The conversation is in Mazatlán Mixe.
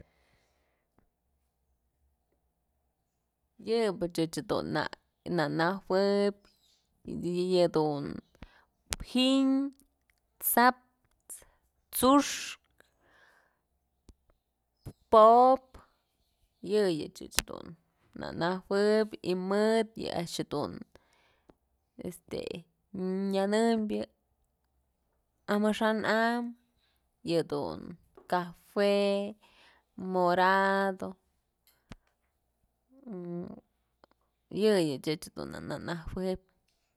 Yë bëch ëch dun na najueb yëdun giñ, tsa'aps, tsu'uxk, pop yëyëch ëch dun na najueb y mëd yë a'ax este jedun nyanëmbyë amaxa'an am cajue, morado yëyëch ëch dun na najueb.